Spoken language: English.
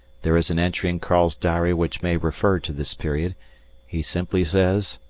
there is an entry in karl's diary which may refer to this period he simply says,